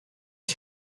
参加